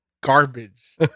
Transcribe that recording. garbage